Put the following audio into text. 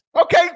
okay